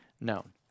known